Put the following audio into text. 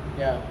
ya